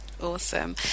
Awesome